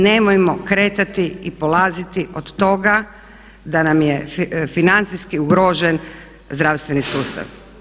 Nemojmo kretati i polaziti od toga da nam je financijski ugrožen zdravstveni sustav.